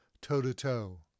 toe-to-toe